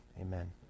amen